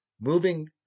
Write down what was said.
Moving